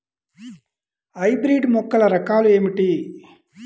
Hybrid మొక్కల రకాలు ఏమిటి?